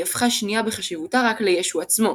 והיא הפכה שנייה בחשיבותה רק לישו עצמו,